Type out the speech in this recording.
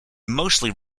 mostly